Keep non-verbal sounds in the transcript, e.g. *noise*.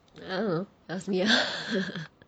I don't know ask ngee an lor *laughs*